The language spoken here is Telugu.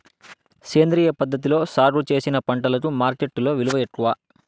సేంద్రియ పద్ధతిలో సాగు చేసిన పంటలకు మార్కెట్టులో విలువ ఎక్కువ